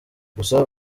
gusa